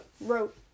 wrote